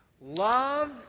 Love